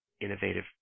innovative